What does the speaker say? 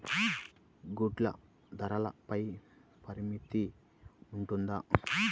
గుడ్లు ధరల పై పరిమితి ఉంటుందా?